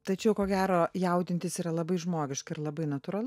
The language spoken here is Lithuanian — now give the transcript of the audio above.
tai čia jau ko gero jaudintis yra labai žmogiška ir labai natūralu